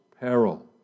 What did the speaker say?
peril